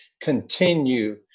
continue